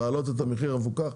להעלות את המחיר המפוקח,